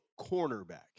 cornerback